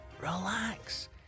Relax